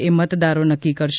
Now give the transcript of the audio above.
એ મતદારો નક્કી કરશે